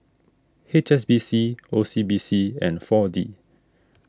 H S B C O C B C and four D